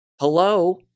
Hello